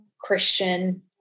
Christian